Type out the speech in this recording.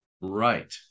Right